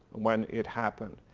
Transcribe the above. when it happened.